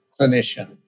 clinician